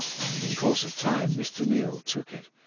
and in course of time mr. neal took it.